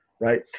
right